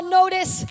notice